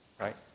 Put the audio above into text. right